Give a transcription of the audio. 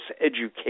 education